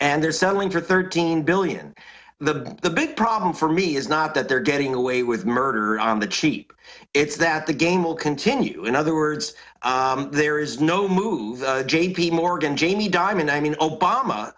and they're selling for thirteen billion the the big problem for me is not that they're getting away with murder on the cheap it's that the game will continue in other words there is no move j p morgan jamie diamond i mean o